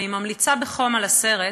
אני ממליצה בחום על הסרט.